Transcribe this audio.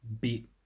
beat